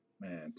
man